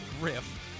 riff